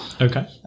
okay